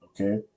okay